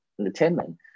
entertainment